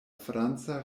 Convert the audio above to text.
franca